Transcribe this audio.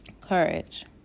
courage